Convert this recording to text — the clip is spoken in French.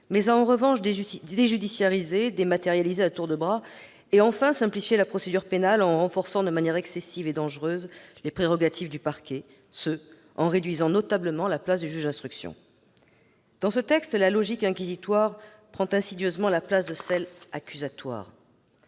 Sénat. En revanche, il déjudiciarise, dématérialise à tour de bras, il simplifie la procédure pénale en renforçant de manière excessive et dangereuse les prérogatives du parquet, par une réduction notable de la place du juge d'instruction. Avec ce texte, la logique inquisitoire se substitue insidieusement à la logique accusatoire